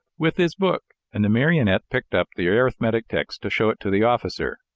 with this book, and the marionette picked up the arithmetic text to show it to the officer.